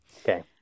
Okay